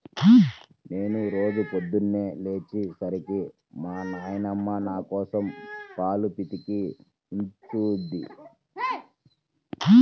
నేను రోజూ పొద్దన్నే లేచే సరికి మా నాన్నమ్మ నాకోసం పాలు పితికి ఉంచుద్ది